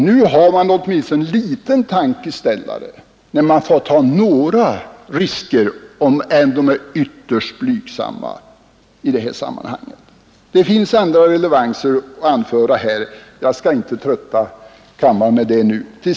Nu har man åtminstone en liten tankeställare, när man får ta några risker om än ytterst blygsamma i detta sammanhang. — Det finns andra relevanser att anföra, men jag skall inte trötta kammaren med det nu.